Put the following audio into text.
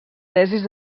tesis